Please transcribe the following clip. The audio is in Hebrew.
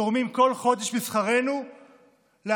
תורמים כל חודש משכרנו לעמותות